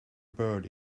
bird